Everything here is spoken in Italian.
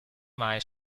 mai